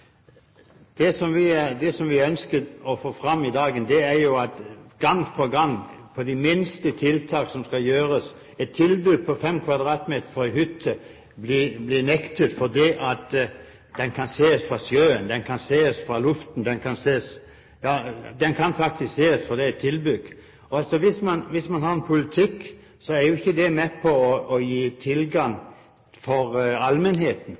gang på gang blir det minste tiltak som skal gjøres – et tilbygg på 5 m2 på en hytte – nektet, fordi det kan ses fra sjøen, det kan ses fra luften, det kan faktisk ses, fordi det er et tilbygg. Hvis man har en slik politikk, er ikke det med på å gi tilgang for allmennheten.